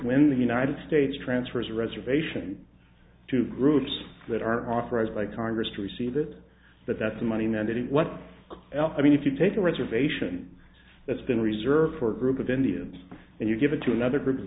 united states transfers a reservation to groups that are authorized by congress to receive it but that the money mandating what else i mean if you take a reservation that's been reserved for a group of indians and you give it to another group of